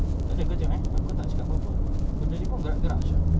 takde kejap eh aku tak cakap apa apa benda ni pun gerak-gerak jer